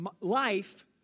life